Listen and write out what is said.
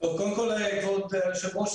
קודם כל כבוד היושב-ראש,